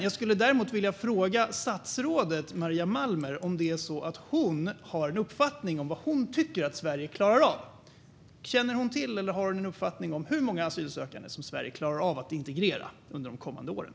Jag vill ändå fråga statsrådet Maria Malmer Stenergard: Har hon någon uppfattning om hur många asylsökande Sverige klarar av att integrera under de kommande åren?